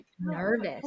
nervous